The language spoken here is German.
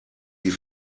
die